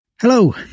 Hello